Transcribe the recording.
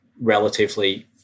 relatively